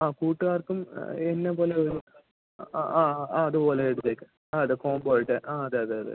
ആ കൂട്ടുക്കാർക്ക് എന്നെപ്പോലെ ഒരു ആ ആ അതുപോലെ എടുത്തേക്ക് ആ അതെ കോമ്പോ ആയിട്ട് ആ അതെ അതെ അതെ